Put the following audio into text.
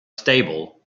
stable